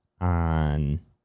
on